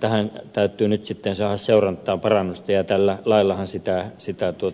tähän seurantaan täytyy saada parannusta ja tällä laillahan sitä ollaan hakemassa